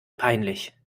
peinlich